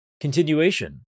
continuation